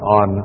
on